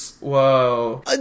Whoa